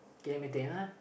do you like Madonna